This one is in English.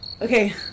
Okay